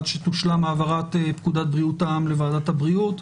עד שתושלם העברת פקודת בריאות העם לוועדת הבריאות,